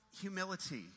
humility